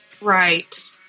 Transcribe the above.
Right